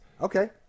Okay